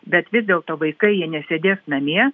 bet vis dėlto vaikai jie nesėdės namie